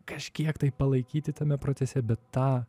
kažkiek tai palaikyti tame procese bet tą